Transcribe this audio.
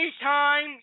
Anytime